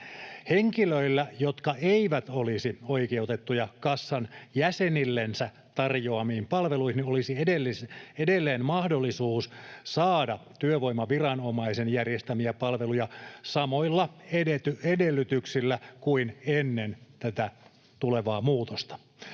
Henkilöillä, jotka eivät olisi oikeutettuja kassan jäsenillensä tarjoamiin palveluihin, olisi edelleen mahdollisuus saada työvoimaviranomaisen järjestämiä palveluja samoilla edellytyksillä kuin ennen tätä tulevaa muutosta.